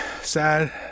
sad